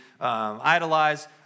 idolize